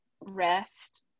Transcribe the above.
rest